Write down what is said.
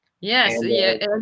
Yes